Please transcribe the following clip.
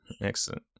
Excellent